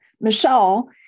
Michelle